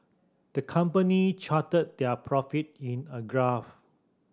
the company charted their profit in a graph